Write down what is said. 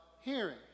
hearing